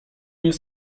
jest